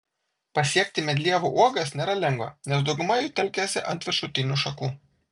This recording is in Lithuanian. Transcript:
pasiekti medlievų uogas nėra lengva nes dauguma jų telkiasi ant viršutinių šakų